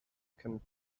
can